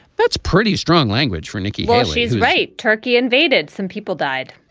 that's pretty strong language for nikki. she's right. turkey invaded some people died.